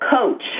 coach